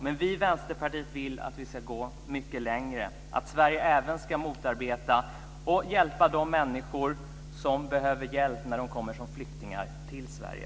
Men vi i Vänsterpartiet vill att vi ska gå mycket längre, att Sverige även ska hjälpa de människor som behöver hjälp när de kommer som flyktingar till Sverige.